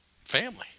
family